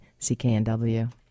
CKNW